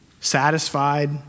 Satisfied